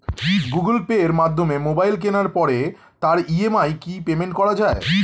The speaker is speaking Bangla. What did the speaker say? গুগোল পের মাধ্যমে মোবাইল কেনার পরে তার ই.এম.আই কি পেমেন্ট করা যায়?